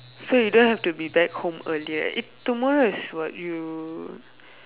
so you don't have to be back home earlier eh tomorrow is what you